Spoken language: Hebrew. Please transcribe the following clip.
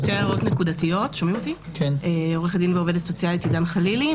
אני עורכת דין ועובדת סוציאלית עידן חלילי,